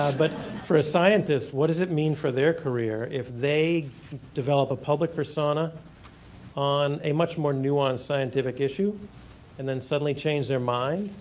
but for a scientist what does it mean for their career if they develop a public persona on a much more nuance scientific issue and then suddenly change their mind.